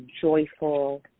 joyful